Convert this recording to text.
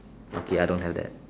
okay I don't have that